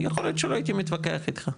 יכול להיות שלא הייתי מתווכח איתך,